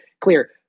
clear